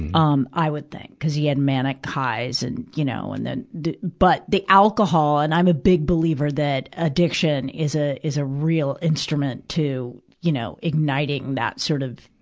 um, i would think, cuz he had manic highs and, you know, and then but, the alcohol and i'm a big believer that addiction is a, is a real instrument to, you know, igniting that sort of,